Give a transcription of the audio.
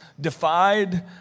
defied